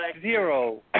zero